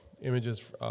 images